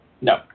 no